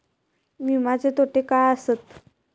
विमाचे तोटे काय आसत?